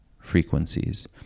frequencies